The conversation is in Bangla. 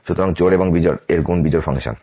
সুতরাং জোড় এবং বিজোড় এর গুণ হবে বিজোড় ফাংশন